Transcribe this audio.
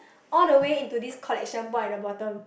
all the way into this collection pot at the bottom